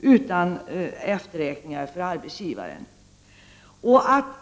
utan efterräkningar för arbetsgivaren, vilket har framgått av svaret.